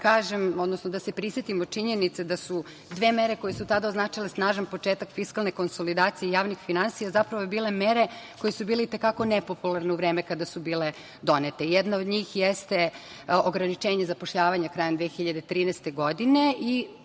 da se prisetimo činjenice da su dve mere koje su tada označile snažan početak fiskalne konsolidacije javnih finansija zapravo bile mere koje su bile i te kako nepopularne u vreme kada su bile donete. Jedna od njih jeste ograničenje zapošljavanja krajem 2013. godine.